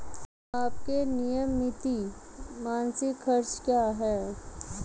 आपके नियमित मासिक खर्च क्या हैं?